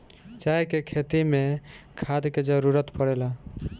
चाय के खेती मे खाद के जरूरत पड़ेला